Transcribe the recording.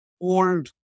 old